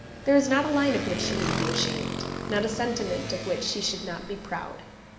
there is not a line of which she need be ashamed not a sentiment of which she should not be proud.